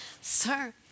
Sir